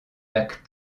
lacs